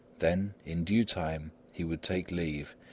then, in due time, he would take leave,